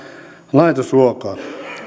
laitosruokaa